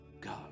God